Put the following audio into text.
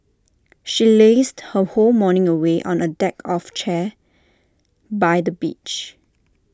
she lazed her whole morning away on A deck of chair by the beach